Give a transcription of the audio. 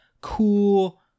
cool